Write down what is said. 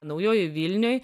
naujojoj vilnioj